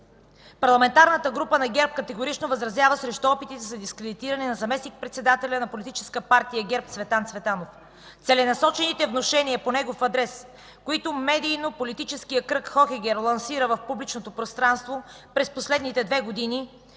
„Парламентарната група на ГЕРБ категорично възразява срещу опитите за дискредитиране на заместник-председателя на Политическа партия ГЕРБ Цветан Цветанов. Целенасочените внушения по негов адрес, които медийно-политическият кръг „Хохегер” лансира в публичното пространство през последните две години,